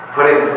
Putting